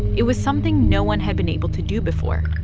it was something no one had been able to do before